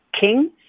King